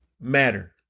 matter